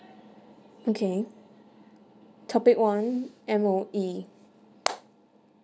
okay topic one M_O_E